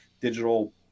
digital